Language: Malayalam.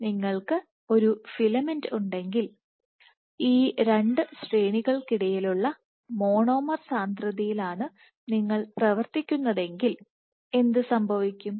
നിങ്ങൾക്ക് ഒരു ഫിലമെന്റ് ഉണ്ടെങ്കിൽ ഈ രണ്ട് ശ്രേണികൾക്കിടയിലുള്ള മോണോമർ സാന്ദ്രതയിലാണ് നിങ്ങൾ പ്രവർത്തിക്കുന്നതെങ്കിൽ എന്ത് സംഭവിക്കും